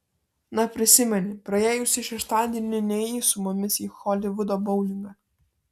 na prisimeni praėjusį šeštadienį nėjai su mumis į holivudo boulingą